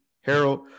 Harold